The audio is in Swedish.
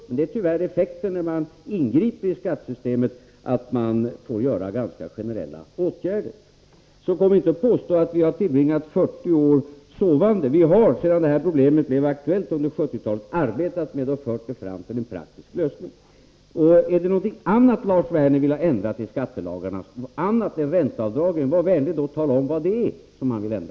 Men tyvärr får man, när man ingriper i skattesystemet, ofta vidta generella åtgärder. Så kom inte och påstå att vi har tillbringat 40 år sovande. Vi har, sedan det här problemet blev aktuellt under 1970-talet, arbetat med det och fört det fram till en praktisk lösning. Är det någonting annat än reglerna för ränteavdrag som ni vill ha ändrat i skattelagarna, var då vänlig och tala om vad det är, Lars Werner.